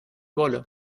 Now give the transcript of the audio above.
wolle